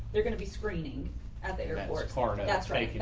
they're going to be screening at the airport, florida. that's right.